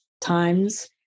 times